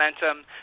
momentum